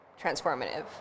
transformative